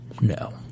No